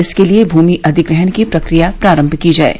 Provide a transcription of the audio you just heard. इसके लिये भूमि अधिग्रहण की प्रक्रिया प्रारम्भ की जाये